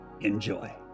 Enjoy